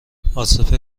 عاصف